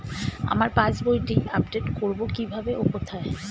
আমার পাস বইটি আপ্ডেট কোরবো কীভাবে ও কোথায়?